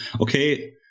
okay